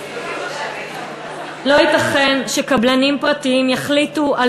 לא ייתכן שקבלנים פרטיים יחליטו על